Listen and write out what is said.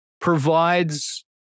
provides